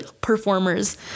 performers